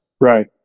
Right